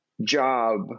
job